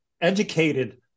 educated